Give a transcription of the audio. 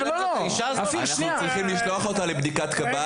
אנחנו צריכים לשלוח אותה לבדיקת קב"ט